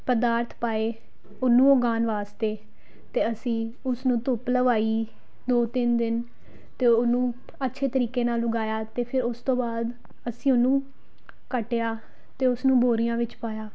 ਪਦਾਰਥ ਪਾਏ ਉਹਨੂੰ ਉਗਾਉਣ ਵਾਸਤੇ ਅਤੇ ਅਸੀਂ ਉਸਨੂੰ ਧੁੱਪ ਲਵਾਈ ਦੋ ਤਿੰਨ ਦਿਨ ਅਤੇ ਉਹਨੂੰ ਅੱਛੇ ਤਰੀਕੇ ਨਾਲ ਉਗਾਇਆ ਅਤੇ ਫਿਰ ਉਸ ਤੋਂ ਬਾਅਦ ਅਸੀਂ ਉਹਨੂੰ ਕੱਟਿਆ ਅਤੇ ਉਸਨੂੰ ਬੋਰੀਆਂ ਵਿੱਚ ਪਾਇਆ